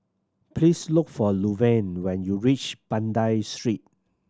please look for Luverne when you reach Banda Street